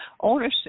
ownership